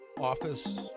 office